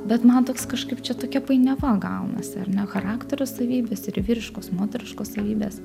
bet man toks kažkaip čia tokia painiava gaunasi ar ne charakterio savybės ir vyriškos moteriškos savybės